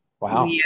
Wow